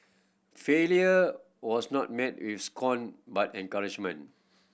failure was not met with scorn but encouragement